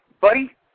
buddy